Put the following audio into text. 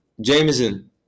Jameson